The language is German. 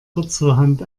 kurzerhand